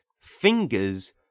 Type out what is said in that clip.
fingers